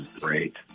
great